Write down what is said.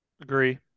Agree